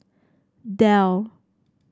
Dell